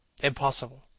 impossible!